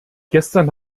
gestern